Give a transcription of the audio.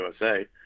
USA